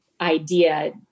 idea